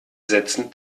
sätzen